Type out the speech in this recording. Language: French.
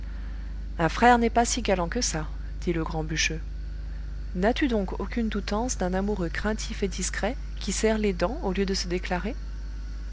un frère n'est pas si galant que ça dit le grand bûcheux n'as-tu donc aucune doutance d'un amoureux craintif et discret qui serre les dents au lieu de se déclarer